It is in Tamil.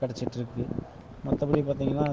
கிடச்சிட்ருக்கு மற்றபடி பார்த்திங்கன்னா